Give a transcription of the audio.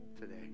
today